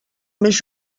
més